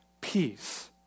peace